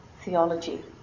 theology